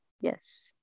Yes